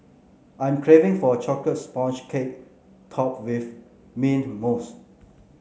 I'm craving for a chocolates sponge cake topped with mint mousse